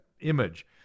image